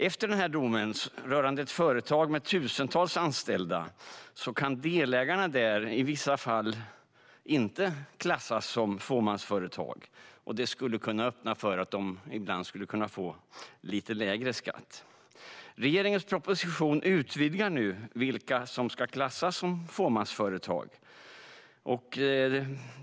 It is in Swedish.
Efter denna dom, rörande ett företag med tusentals anställda, kan delägarna där i vissa fall inte klassas som fåmansföretag och därmed kunna få lägre skatt. Regeringens proposition utvidgar nu vilka som ska klassas som fåmansföretag.